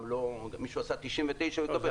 אם מישהו עשה 99, הוא יקבל.